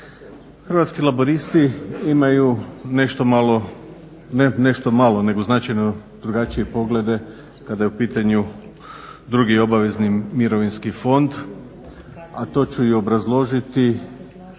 Hrvatski laburisti imaju nešto malo, ne nešto malo nego značajno drugačije poglede kada je u pitanju drugi obavezni Mirovinski fond a to ću i obrazložiti